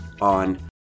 on